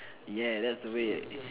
ya that's the way